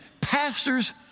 pastors